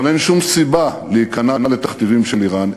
אבל אין שום סיבה להיכנע לתכתיבים של איראן.